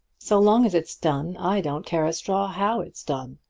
so long as it's done, i don't care a straw how it's done.